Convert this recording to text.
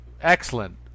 excellent